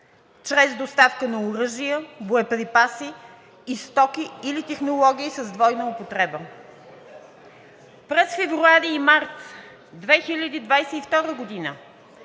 чрез доставка на оръжия, боеприпаси и стоки или технологии с двойна употреба.“ През февруари и март 2022 г.